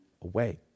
away